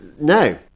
no